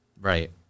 Right